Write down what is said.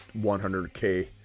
100K